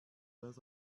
must